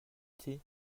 thé